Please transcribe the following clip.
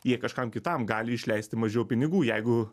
jie kažkam kitam gali išleisti mažiau pinigų jeigu